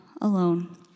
alone